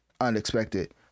unexpected